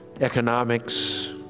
economics